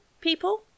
people